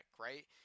right